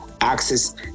access